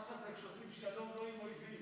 ככה זה כשעושים שלום לא עם אויבים.